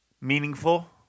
meaningful